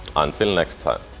until next time!